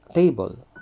table